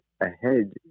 ahead